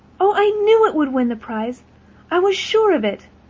oh, i knew it would win the prize i was sure of it.